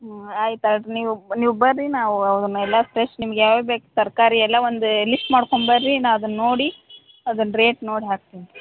ಹಾಂ ಆಯ್ತು ತಗೊಳ್ರಿ ನೀವು ನೀವು ಬರ್ರೀ ನಾವು ಅವಾಗ ಮೇಲೆ ಫ್ರೆಶ್ ನಿಮ್ಗೆ ಯಾವುದು ಬೇಕು ತರಕಾರಿಯೆಲ್ಲ ಒಂದು ಲೀಸ್ಟ್ ಮಾಡ್ಕೊಂಡು ಬರ್ರೀ ನಾವು ಅದನ್ನು ನೋಡಿ ಅದನ್ನ ರೇಟ್ ನೋಡಿ ಹಾಕ್ತಿನಿ